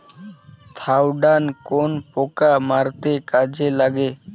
Thiodan কোন পোকা মারতে কাজে লাগে?